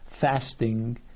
fasting